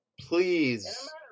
Please